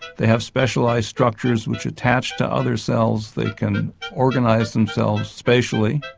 they have specialised structures which attach to other cells, they can organise themselves spatially.